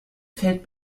fällt